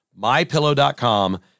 MyPillow.com